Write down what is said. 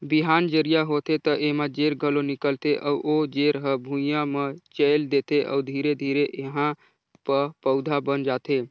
बिहान जरिया होथे त एमा जेर घलो निकलथे अउ ओ जेर हर भुइंया म चयेल देथे अउ धीरे धीरे एहा प पउधा बन जाथे